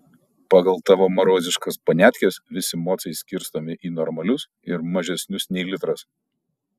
pagal tavo maroziškas paniatkes visi mocai skirstomi į normalius ir mažesnius nei litras